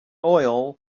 oil